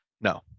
No